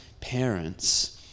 parents